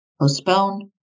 Postpone